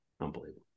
Unbelievable